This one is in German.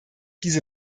diese